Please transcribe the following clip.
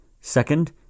Second